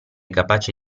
capace